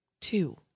two